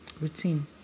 routine